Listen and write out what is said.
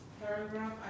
paragraph